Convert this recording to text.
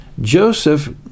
Joseph